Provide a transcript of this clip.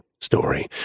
Story